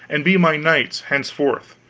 and be my knights henceforth,